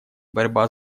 борьба